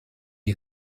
die